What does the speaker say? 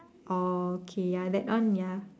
orh okay ya that one ya